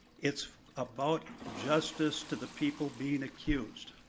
it's about justice to the people being accused.